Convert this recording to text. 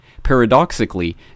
Paradoxically